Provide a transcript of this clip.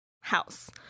house